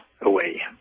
away